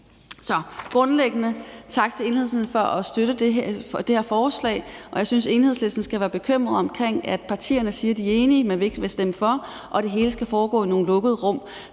Så grundlæggende vil jeg sige tak til Enhedslisten for at støtte det her forslag. Jeg synes, Enhedslisten skal være bekymret over, at partierne siger, at de er enige, men at de ikke vil stemme for, og over, at det hele skal foregå i nogle lukkede rum.